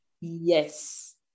Yes